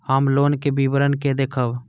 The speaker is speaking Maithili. हम लोन के विवरण के देखब?